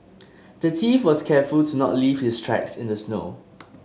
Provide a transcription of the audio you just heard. the thief was careful to not leave his tracks in the snow